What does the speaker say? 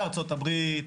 בארצות הברית,